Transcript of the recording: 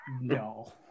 No